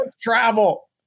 Travel